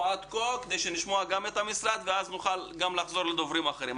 עד כה כדי שנשמע את המשרד ונוכל לחזור לדוברים אחרים.